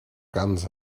guns